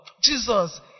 Jesus